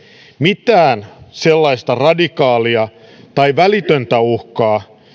mitään sellaista radikaalia tai välitöntä uhkaa